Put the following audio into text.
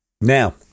Now